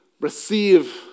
receive